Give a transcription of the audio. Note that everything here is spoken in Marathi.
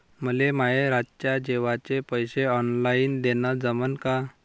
मले माये रातच्या जेवाचे पैसे ऑनलाईन देणं जमन का?